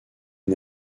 des